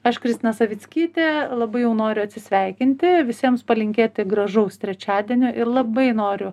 aš kristina savickytė labai jau noriu atsisveikinti visiems palinkėti gražaus trečiadienio ir labai noriu